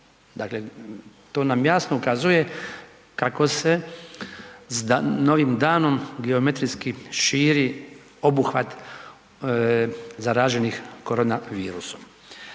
Dakle to nam jasno ukazuje kako se s novim danom geometrijski širi obuhvat zaraženih korona virusom.